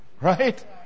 Right